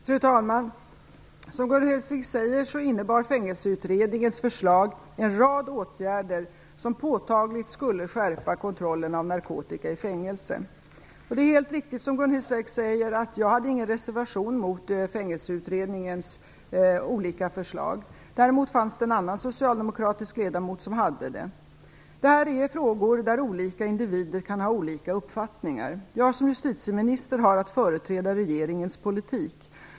Fru talman! Som Gun Hellsvik säger, innebar Fängelseutredningens förslag en rad åtgärder som påtagligt skulle skärpa kontrollen av narkotika i fängelse. Det är helt riktigt som Gun Hellsvik säger att jag inte hade någon reservation mot Fängelseutredningens olika förslag. Däremot fanns det en annan socialdemokratisk ledamot som hade det. Detta är frågor där olika individer kan ha olika uppfattningar. Jag som justitieminister har att företräda regeringens politik.